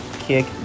kick